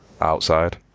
outside